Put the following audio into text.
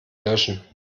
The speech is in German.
löschen